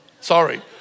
Sorry